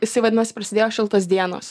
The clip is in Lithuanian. jisai vadinasi prasidėjo šiltos dienos